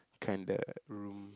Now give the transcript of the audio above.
kinda room